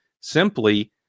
simply